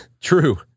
True